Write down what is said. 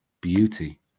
beauty